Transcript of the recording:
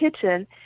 kitchen